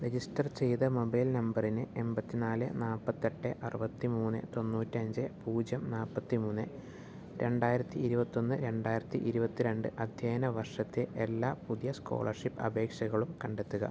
register ചെയ്ത mobile നമ്പറിന് എൺപത്തി നാല് നാൽപ്പത്തി എട്ട് അറുപത്തി മൂന്ന് തൊണ്ണൂറ്റി അഞ്ച് പൂജ്യം നാൽപ്പത്തി മൂന്ന് രണ്ടായിരത്തി ഇരുപത്തൊന്ന് രണ്ടായിരത്തി ഇരുപത്തിരണ്ട് അധ്യയന വർഷത്തെ എല്ലാ പുതിയ സ്കോളർഷിപ്പ് അപേക്ഷകളും കണ്ടെത്തുക